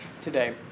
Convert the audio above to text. today